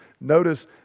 Notice